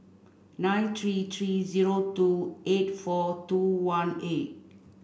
nine three three zero two eight four two one eight